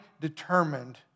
determined